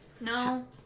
No